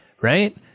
right